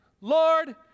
Lord